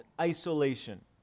isolation